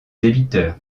débiteur